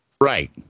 Right